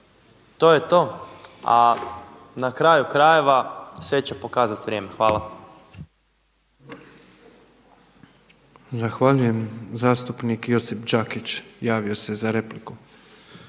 To je to. A na kraju krajeva sve će pokazat vrijeme. Hvala. **Petrov, Božo (MOST)** Zahvaljujem. Zastupnik Josip Đakić javio se za repliku.